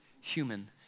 human